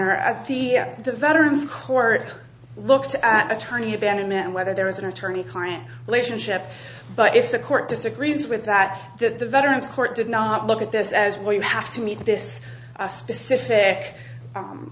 at the veterans court looked at attorney abandonment and whether there is an attorney client relationship but if the court disagrees with that that the veterans court did not look at this as well you have to meet this specific